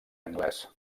anglès